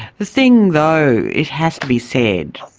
the thing though, it has to be said,